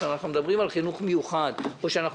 כשאנחנו מדברים על חינוך מיוחד או כשאנחנו